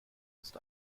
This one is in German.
ist